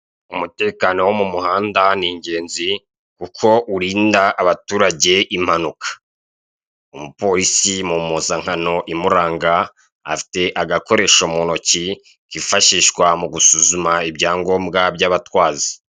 Umutekano wo mu muhanda ni ingenzi, kuko urinda abaturage impanuka. Umupolisi mu mpuzankano imuranga, afite agakoresho mu ntoki kifashishwa mu gusuzuma ibyangombwa by'abatwazi.